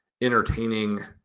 entertaining